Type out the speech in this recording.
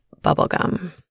bubblegum